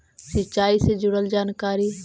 सिंचाई से जुड़ल जानकारी?